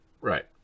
right